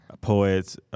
poets